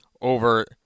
over